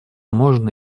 можно